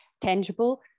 tangible